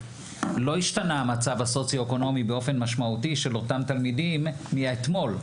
לא השתנה המצב הסוציו אקונומי באופן משמעותי של אותם תלמידים מהאתמול,